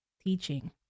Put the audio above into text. teaching